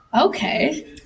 okay